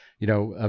you know, ah